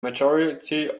majority